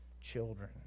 children